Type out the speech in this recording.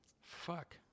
Fuck